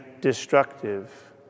destructive